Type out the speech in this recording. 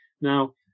Now